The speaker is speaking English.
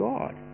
God